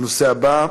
הנושא הבא: